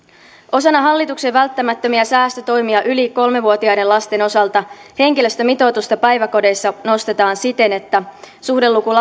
osana hallituksen välttämättömiä säästötoimia yli kolme vuotiaiden lasten osalta henkilöstömitoitusta päiväkodeissa nostetaan siten että suhdeluku